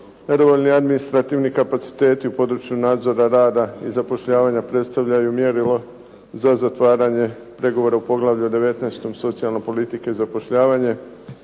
nadzora … administrativni kapaciteti u području nadzora rada i zapošljavanja predstavljaju mjerilo za zatvaranje pregovora u Poglavlju – 19. Socijalne politike i zapošljavanje